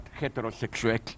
heterosexual